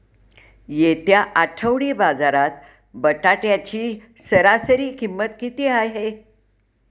येत्या आठवडी बाजारात बटाट्याची सरासरी किंमत किती आहे?